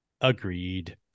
Agreed